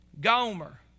Gomer